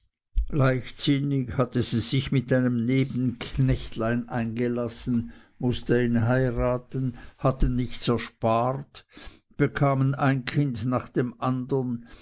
leichtsinnig hatte sie sich mit einem nebenknechtlein eingelassen mußte ihn heiraten hatten nichts erspart bekamen ein kind nach dem andern